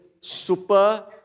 super